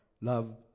Love